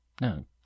No